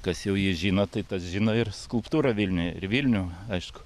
kas jau jį žino tai tas žino ir skulptūrą vilniuje ir vilnių aišku